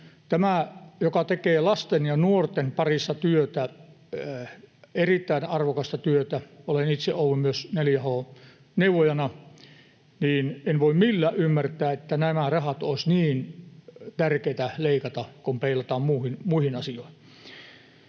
Tämä, joka tekee lasten ja nuorten parissa erittäin arvokasta työtä. Olen itse ollut myös 4H-neuvojana, enkä voi millään ymmärtää, että nämä rahat olisivat niin tärkeätä leikata, kun peilataan muihin asioihin.